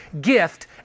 gift